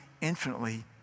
infinitely